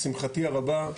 לשמחתי הרבה,